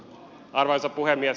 arvoisa puhemies